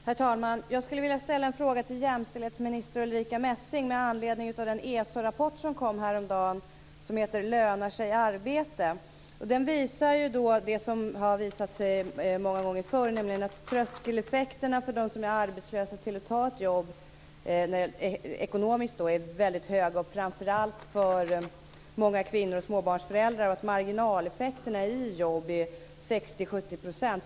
Herr talman! Jag skulle vilja ställa en fråga till jämställdhetsminister Ulrica Messing med anledning av den ESO-rapport som kom häromdagen som heter: Lönar sig arbete? Den visar det som har visat sig många gånger förr, nämligen att tröskeln för de arbetslösa till att ta ett jobb ekonomiskt är väldigt hög. Framför allt för många kvinnor och småbarnsföräldrar är marginalskatteeffekterna i jobb 60-70 %.